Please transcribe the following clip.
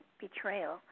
betrayal